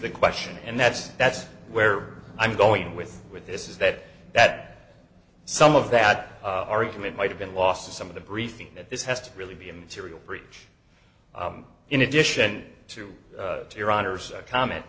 the question and that's that's where i'm going with with this is that that some of that argument might have been lost in some of the briefings that this has to really be a material breach in addition to your honor's comment